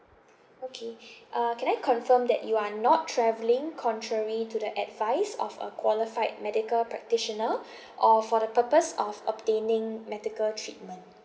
okay uh can I confirm that you are not travelling contrary to the advice of a qualified medical practitioner or for the purpose of obtaining medical treatment